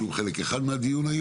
שהוא חלק אחד מהדיון.